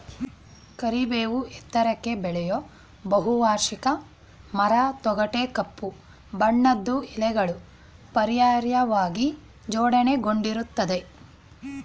ಕರಿಬೇವು ಎತ್ತರಕ್ಕೆ ಬೆಳೆಯೋ ಬಹುವಾರ್ಷಿಕ ಮರ ತೊಗಟೆ ಕಪ್ಪು ಬಣ್ಣದ್ದು ಎಲೆಗಳು ಪರ್ಯಾಯವಾಗಿ ಜೋಡಣೆಗೊಂಡಿರ್ತದೆ